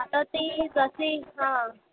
आता ते तसे